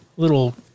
little